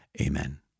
Amen